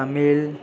Tamil